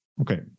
Okay